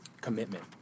commitment